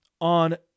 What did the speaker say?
on